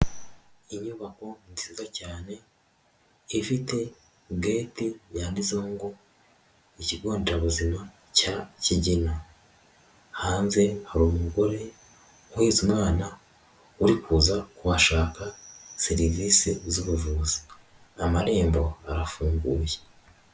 Inyubako nziza cyane ifite gate yanditseho ngo: ''Ikigo nderabuzima cya Kigina.'' Hanze hari umugore uhetse umwana, uri kuza kuhashaka serivisi z'ubuvuzi, amarembo arafunguye.